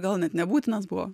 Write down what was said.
gal net nebūtinas buvo